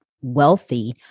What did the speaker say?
wealthy